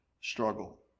struggle